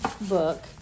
book